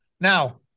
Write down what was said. Now